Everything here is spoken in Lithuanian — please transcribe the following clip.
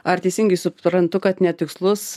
ar teisingai suprantu kad netikslus